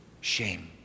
shame